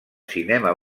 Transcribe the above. cinema